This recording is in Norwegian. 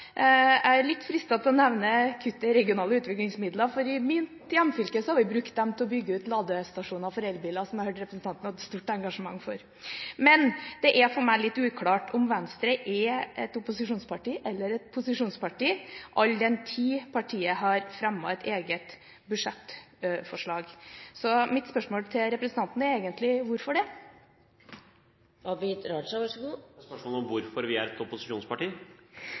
Jeg er litt fristet til å nevne kuttet i regionale utviklingsmidler, for i mitt hjemfylke har vi brukt dem til å bygge ut ladestasjoner for elbiler, som jeg hørte representanten hadde stort engasjement for. Men det er for meg litt uklart om Venstre er et opposisjonsparti eller et posisjonsparti, all den tid partiet har fremmet et eget budsjettforslag, så mitt spørsmål til representanten er egentlig: Hvorfor det? Er spørsmålet hvorfor vi er et opposisjonsparti? Får jeg forklare? Hvorfor dere har fremmet et